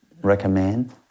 recommend